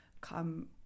come